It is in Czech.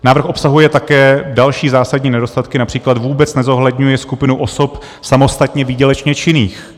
Návrh obsahuje také další zásadní nedostatky, například vůbec nezohledňuje skupinu osob samostatně výdělečně činných.